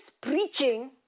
preaching